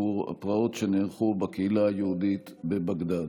הפרעות שנערכו בקהילה היהודית בבגדאד.